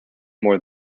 more